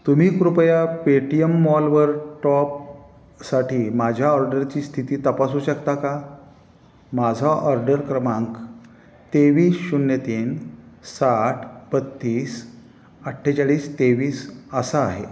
तुम्ही कृपया पेटीएम मॉलवर टॉपसाठी माझ्या ऑर्डरची स्थिती तपासू शकता का माझा ऑर्डर क्रमांक तेवीस शून्य तीन साठ बत्तीस अठ्ठेचाळीस तेवीस असा आहे